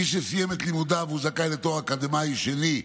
מי שסיים את לימודיו והוא זכאי לתואר אקדמי שני וכו'